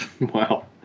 Wow